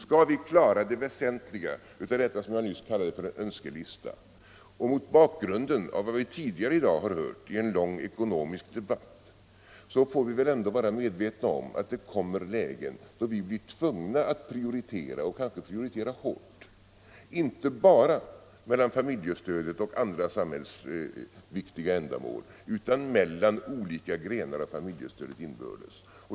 Skall vi klara det väsentliga i den önskelista som jag nyss talade om och mot bakgrunden av vad Indexreglering av vi tidigare i dag har hört i en lång ekonomisk debatt, får vi väl ändå — de allmänna vara medvetna om att det uppstår lägen då vi blir tvungna att prioritera barnbidragen och kanske prioritera hårt, inte bara mellan familjestödet och andra samhällsviktiga ändamål utan inbördes mellan olika grenar av familjestödet.